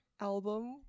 album